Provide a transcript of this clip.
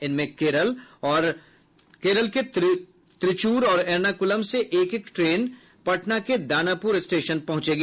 इनमें केरल के तिरूर और एर्णाकुलम से एक एक ट्रेने पटना के दानापुर स्टेशन पहुंचेगी